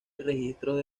registros